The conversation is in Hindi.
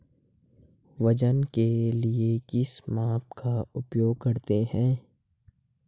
वजन के लिए किस माप का उपयोग करते हैं?